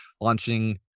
launching